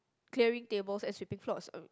clearing tables and sweeping floors um